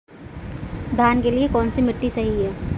धान के लिए कौन सी मिट्टी सही है?